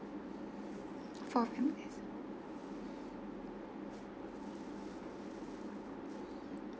for compensate